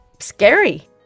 scary